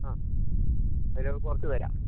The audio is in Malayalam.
ആ വില കുറച്ചു തരാം